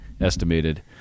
estimated